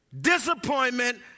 disappointment